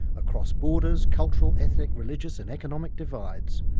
across borders, cultural, ethnic, religious and economic divides,